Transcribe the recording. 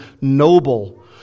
noble